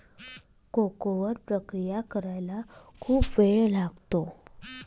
cocoa वर प्रक्रिया करायला खूप वेळ लागतो